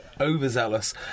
overzealous